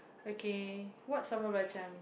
okay what's